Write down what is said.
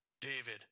David